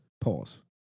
Pause